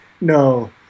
No